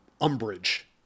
umbrage